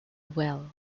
well